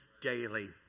daily